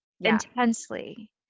intensely